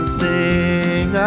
sing